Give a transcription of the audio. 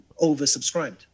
oversubscribed